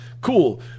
Cool